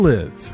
Live